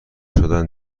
شدن